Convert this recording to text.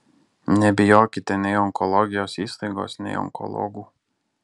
nebijokite nei onkologijos įstaigos nei onkologų